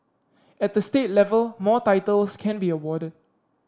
at the state level more titles can be awarded